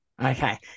Okay